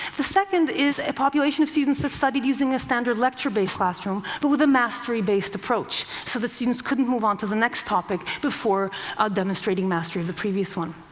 the second is a population of students that studied using a standard lecture-based classroom, but with a mastery-based approach, so the students couldn't move on to the next topic before demonstrating mastery of the previous one.